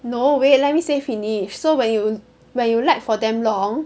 no wait let me say finish so when you when you lag for damn long